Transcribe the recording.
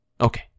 Okay